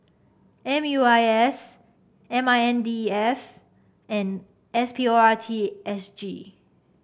M U I S M I N D E F and S P O R T S G